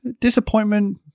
Disappointment